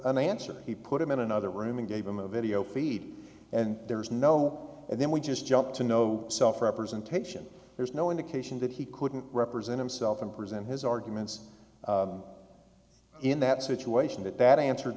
an answer he put him in another room and gave him a video feed and there was no and then we just jumped to no self representation there's no indication that he couldn't represent himself and present his arguments in that situation that that answered